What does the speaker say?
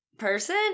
Person